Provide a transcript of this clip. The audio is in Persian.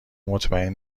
مطمئن